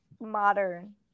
modern